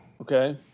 Okay